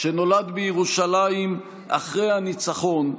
שנולד בירושלים אחרי הניצחון,